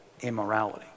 immorality